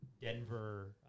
Denver